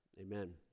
amen